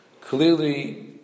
clearly